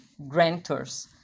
grantors